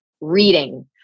reading